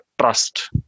trust